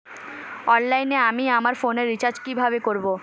অনলাইনে আমি আমার ফোনে রিচার্জ কিভাবে করব?